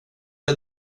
det